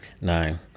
No